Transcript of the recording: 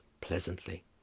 pleasantly